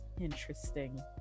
interesting